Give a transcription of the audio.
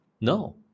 no